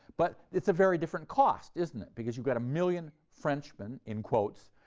but it's a very different cost, isn't it, because you've got a million frenchmen, in quotes,